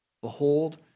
Behold